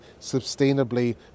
sustainably